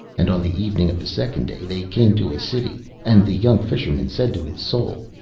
and on the evening of the second day they came to a city, and the young fisherman said to his soul,